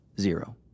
Zero